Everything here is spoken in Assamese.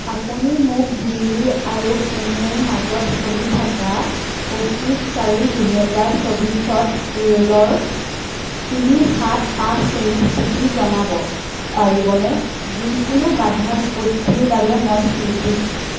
আপুনি মোক দিল্লী আৰু পুনেৰ মাজত চলি থকা পঁচিছ চাৰি দুহেজাৰ চৌবিছত ৰে'লৰ তিনি সাত পাঁচ তিনি স্থিতি জনাব পাৰিবনে যিকোনো বাধা বিপত্তিৰ বাবে মই চিন্তিত